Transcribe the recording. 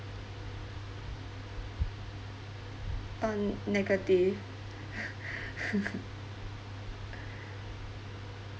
uh negative